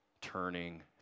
turning